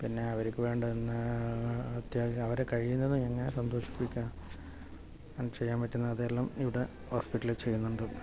പിന്നെ അവർക്ക് വേണ്ടത് അവരെ കഴിയുന്നത് സന്തോഷിപ്പിച്ച് ചെയ്യാൻ പറ്റുന്നത് അതെല്ലാം ഇവിടെ ഹോസ്പിറ്റലിൽ ചെയ്യുന്നുണ്ട്